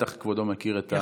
בטח כבודו מכיר את התקנון.